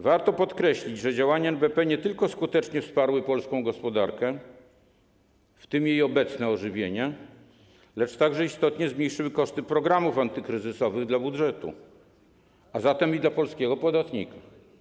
Warto podkreślić, że działania NBP nie tylko skutecznie wsparły polską gospodarkę, w tym jej obecne ożywienie, lecz także istotnie zmniejszyły koszty programów antykryzysowych dla budżetu, a zatem i dla polskiego podatnika.